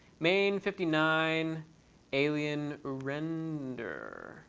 main fifty nine alien render